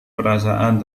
perasaan